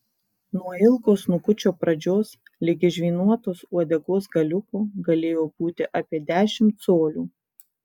nuo ilgo snukučio pradžios ligi žvynuotos uodegos galiuko galėjo būti apie dešimt colių